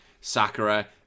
Sakura